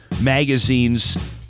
Magazine's